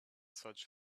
such